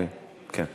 כן.